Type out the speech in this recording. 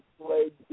played